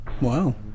wow